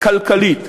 כלכלית.